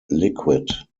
liquid